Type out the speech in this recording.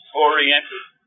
oriented